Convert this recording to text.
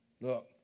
look